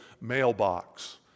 mailbox